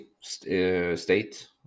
state